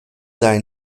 sei